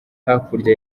hakurya